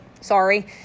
sorry